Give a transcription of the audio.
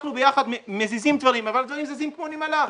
אנחנו ביחד מזיזים דברים אבל הם זזים כמו נמלה.